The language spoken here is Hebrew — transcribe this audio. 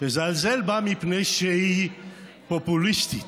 תזלזל בה מפני שהיא פופוליסטית.